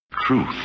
Truth